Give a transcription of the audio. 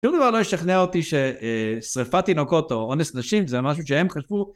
שום דבר לא ישכנע אותי ששריפת תינוקות או אונס נשים זה משהו שהם חשבו